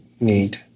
need